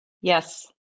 Yes